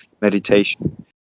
meditation